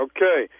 Okay